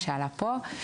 מה שעלה פה,